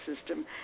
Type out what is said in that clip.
system